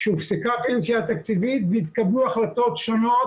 שהופסקה הפנסיה התקציבית והתקבלו החלטות שונות,